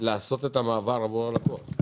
לעשות את המעבר עבור הלקוח?